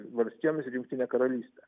valstijomis ir jungtine karalyste